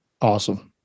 Awesome